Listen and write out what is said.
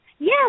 Yes